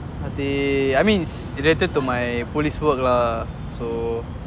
அது:athu I mean it's related to my police work lah so